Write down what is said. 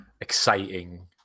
exciting